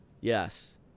Yes